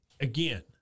again